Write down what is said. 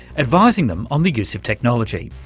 advising them on the use of technology,